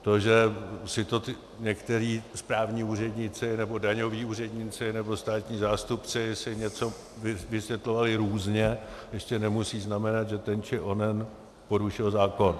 To, že si někteří správní úředníci, nebo daňoví úředníci, nebo státní zástupci něco vysvětlovali různě, ještě nemusí znamenat, že ten či onen porušil zákon.